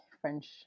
french